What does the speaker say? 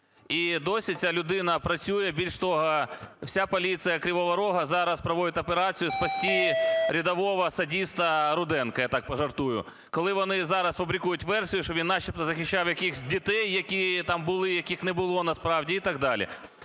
І досі ця людина працює. Більш того, вся поліція Кривого Рогу зараз проводить операцію "спасти рядового садиста Руденка", я так пожартую, коли вони зараз фабрикують версію, що він начебто захищав якихось дітей, які там були, яких не було насправді, і так далі.